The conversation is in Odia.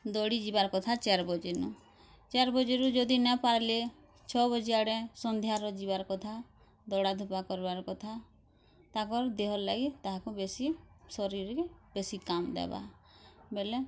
ଦୌଡ଼ି ଯିବାର୍ କଥା ଚାର୍ ବାଜେନୁ ଚାର୍ ବଜେରୁ ଯଦି ନା ପାରଲେ ଛଅ ବଜେ ଆଡ଼େ ସନ୍ଧ୍ୟାର ଯିବାର୍ କଥା ଦୌଡ଼ା ଧୋପା କରବାର୍ କଥା ତାକର୍ ଦେହର୍ ଲାଗି ତାହାକୁ ବେଶୀ ଶରୀର୍ ବେଶୀ କାମ୍ ଦବା ବେଲେ